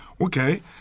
Okay